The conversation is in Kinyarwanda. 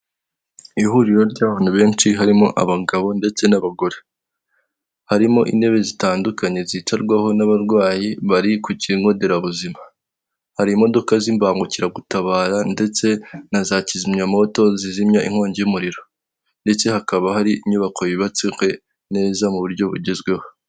Ihuriro ry'abantu benshi, harimo abagabo ndetse n'abagore, harimo intebe zitandukanye zitarwaho n'abarwayi bari ku kigo nderabuzima, hari imodoka z'imbangukiragutabara, ndetse na za kizimyamwoto zizimya inkongi y'umuriro, ndetse hakaba hari inyubako yubatse neza mu buryo bugezweho.